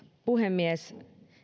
puhemies